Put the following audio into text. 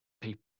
people